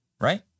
right